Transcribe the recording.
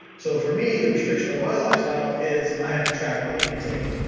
so for me, the restriction on my lifestyle is i have to track my intake.